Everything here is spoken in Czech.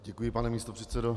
Děkuji, pane místopředsedo.